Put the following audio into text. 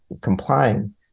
complying